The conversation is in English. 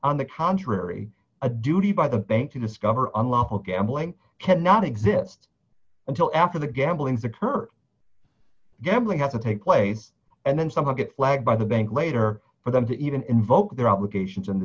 on the contrary a duty by the bank to discover unlawful gambling cannot exist until after the gambling deter gambling have to take place and then someone gets flagged by the bank later for them to even invoke their obligations in the